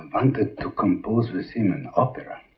and to compose with him an opera